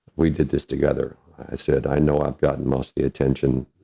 we did this together. i said, i know i've gotten most of the attention,